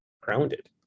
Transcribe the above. grounded